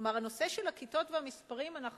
כלומר, אנו